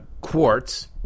quartz